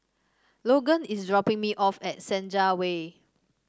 Logan is dropping me off at Senja Way